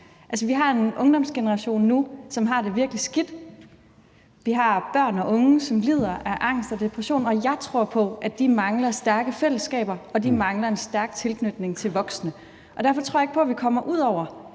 vi har en ungdomsgeneration nu, som har det virkelig skidt. Vi har børn og unge, som lider af angst og depression, og jeg tror på, at de mangler stærke fællesskaber og en stærk tilknytning til voksne. Derfor tror jeg ikke på, at vi kommer ud over,